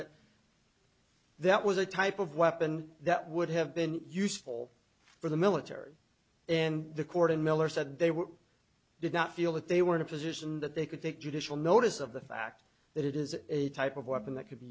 that that was a type of weapon that would have been useful for the military and the court in miller said they were did not feel that they were in a position that they could take judicial notice of the fact that it is a type of weapon that c